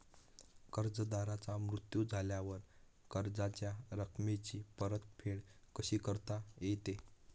कर्जदाराचा मृत्यू झाल्यास कर्जाच्या रकमेची परतफेड कशी करता येते?